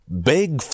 Big